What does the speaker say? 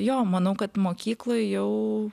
jo manau kad mokykloj jau